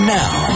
now